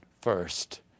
first